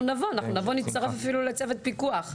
אנחנו נבוא ואפילו נצטרף לצוות פיקוח.